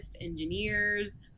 engineers